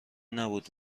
نبود